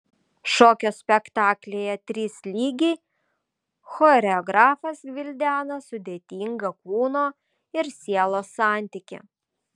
šokio spektaklyje trys lygiai choreografas gvildena sudėtingą kūno ir sielos santykį